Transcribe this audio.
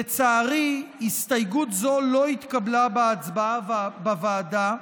לצערי, הסתייגות זו לא התקבלה בהצבעה בוועדה,